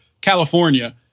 California